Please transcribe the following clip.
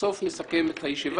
בסוף הדיון נסכם את הישיבה.